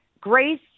grace